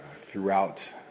throughout